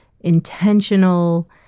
intentional